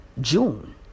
June